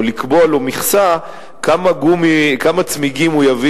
או לקבוע לו מכסה כמה צמיגים הוא יביא